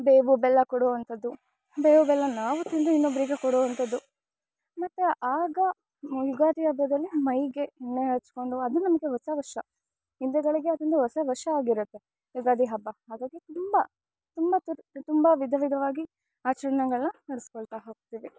ಬೇವು ಬೆಲ್ಲ ಕೊಡುವಂಥದ್ದು ಬೇವು ಬೆಲ್ಲ ನಾವು ತಿಂದು ಇನ್ನೊಬ್ಬರಿಗೆ ಕೊಡುವಂಥದ್ದು ಮತ್ತು ಆಗ ಮು ಯುಗಾದಿ ಹಬ್ಬದಲ್ಲಿ ಮೈಗೆ ಎಣ್ಣೆ ಹಚ್ಚಿಕೊಂಡು ಅದು ನಮಗೆ ಹೊಸ ವರ್ಷ ಹಿಂದೂಗಳಿಗೆ ಅದೊಂದು ಹೊಸ ವರ್ಷ ಆಗಿರುತ್ತೆ ಯುಗಾದಿ ಹಬ್ಬ ಹಾಗಾಗಿ ತುಂಬ ತುಂಬ ತುತ್ತು ತುಂಬ ವಿಧ ವಿಧವಾಗಿ ಆಚರ್ಣೆಗಳನ್ನ ನಡೆಸ್ಕೊಳ್ತಾ ಹೋಗ್ತೀವಿ